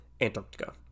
Antarctica